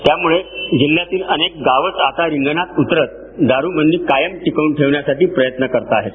त्यामुळे जिल्ह्यातील अनेक गावंच आता रिंगणात उतरत दारूबंदी कायम टिकवून ठेवण्यासाठी प्रयत्न करताहेत